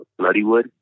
bloodywood